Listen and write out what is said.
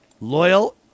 loyal